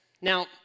Now